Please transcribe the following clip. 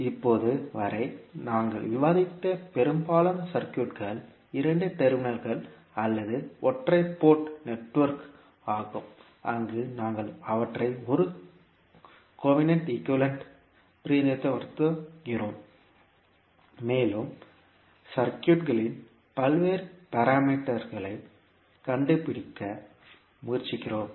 இப்போது வரை நாங்கள் விவாதித்த பெரும்பாலான சர்க்யூட்கள் இரண்டு டெர்மினல் அல்லது ஒற்றை போர்ட் நெட்வொர்க் ஆகும் அங்கு நாங்கள் அவற்றை ஒரு கோவினன்ட் ஈக்குவேலன்ட் பிரதிநிதித்துவப்படுத்துகிறோம் மேலும் சர்க்யூட்களின் பல்வேறு பாராமீட்டர்்ஸ்ளைக் கண்டுபிடிக்க முயற்சிக்கிறோம்